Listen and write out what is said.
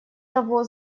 того